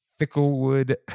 Ficklewood